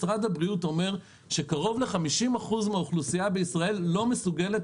משרד הבריאות אומר שקרוב ל-50% מהאוכלוסייה בישראל לא מסוגלת